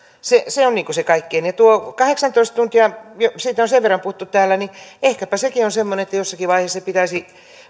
se se on kaikkien etu ja tuo kahdeksantoista tuntia siitä on sen verran puhuttu täällä että ehkäpä sekin on semmoinen että jossakin vaiheessa pitäisi